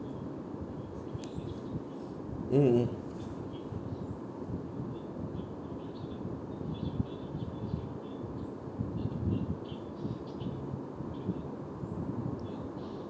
mm mm